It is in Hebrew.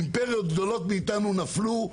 אימפריות גדולות מאתנו נפלו,